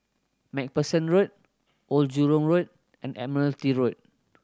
Macpherson Road Old Jurong Road and Admiralty Road